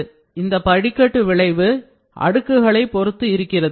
எனவே இந்த படிக்கட்டு விளைவு அடுக்குகளை பொறுத்து இருக்கிறது